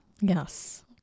Yes